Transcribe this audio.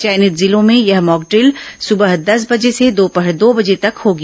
चयनित जिलों में यह मॉकड़िल सुबह दस बजे से दोपहर दो बजे तक होगी